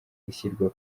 ishyirwa